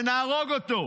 ונהרוג אותו,